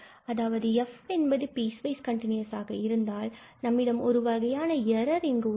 அதாவது f என்பது piecewise continuous ஆக இருந்தால் நம்மிடம் ஒரு வகையான எரர் இங்கு உள்ளது